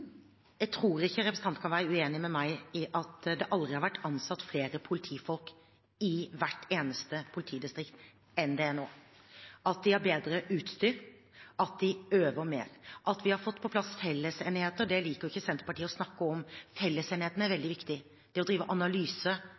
Jeg tror ikke representanten kan være uenig med meg i at det aldri har vært ansatt flere politifolk i hvert eneste politidistrikt enn det er nå, at de har bedre utstyr, at de øver mer. At vi har fått på plass fellesenheter, det liker ikke Senterpartiet å snakke om. Fellesenhetene er veldig viktige. Det å drive analyse,